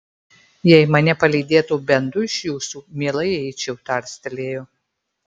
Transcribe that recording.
jei mane palydėtų bent du iš jūsų mielai eičiau tarstelėjo